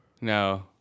No